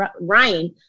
Ryan